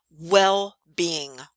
well-being